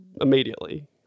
immediately